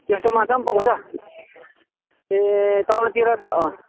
त्यस्तो माछा पनि पाउँछ ए तपाईँकोतिर त